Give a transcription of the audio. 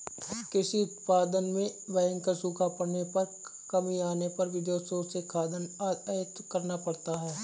कृषि उत्पादन में भयंकर सूखा पड़ने पर कमी आने पर विदेशों से खाद्यान्न आयात करना पड़ता है